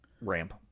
ramp